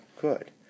good